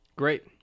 great